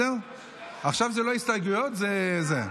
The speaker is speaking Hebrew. עכשיו זה לא הסתייגויות, זה זה.